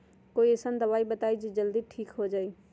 कोई अईसन दवाई बताई जे से ठीक हो जई जल्दी?